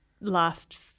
last